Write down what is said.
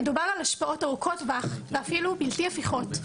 מדובר על השפעות ארוכות טווח ואפילו בלתי הפיכות,